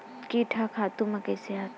कीट ह खातु म कइसे आथे?